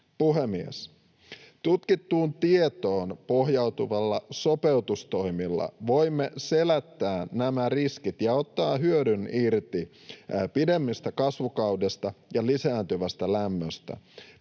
Puhemies! Tutkittuun tietoon pohjautuvilla sopeutustoimilla voimme selättää nämä riskit ja ottaa hyödyn irti pidemmästä kasvukaudesta ja lisääntyvästä lämmöstä.